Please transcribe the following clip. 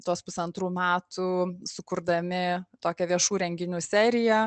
tuos pusantrų metų sukurdami tokią viešų renginių seriją